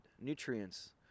nutrients